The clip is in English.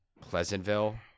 pleasantville